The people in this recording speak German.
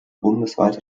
bundesweite